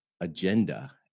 agenda